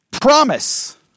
promise